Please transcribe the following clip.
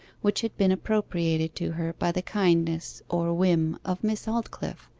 which had been appropriated to her by the kindness or whim of miss aldclyffe,